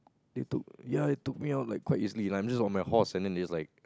they took ya they took me out like quite easily like I'm just on my horse and then they just like